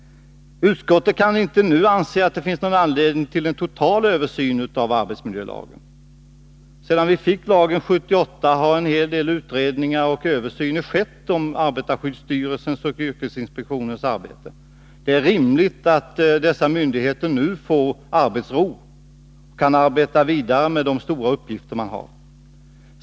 Utskottet anser inte att det kan finnas anledning till en total översyn av arbetsmiljölagen. Sedan vi fick lagen 1978 har en hel del utredningar och översyner skett i fråga om arbetarskyddsstyrelsens och yrkesinspektionens arbete. Det är rimligt att dessa myndigheter nu får arbetsro och kan arbeta vidare med de stora uppgifter som de har.